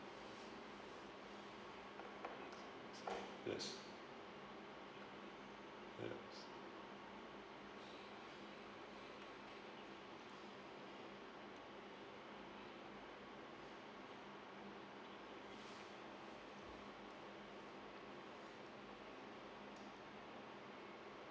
yes yes